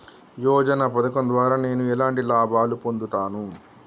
యోజన పథకం ద్వారా నేను ఎలాంటి లాభాలు పొందుతాను?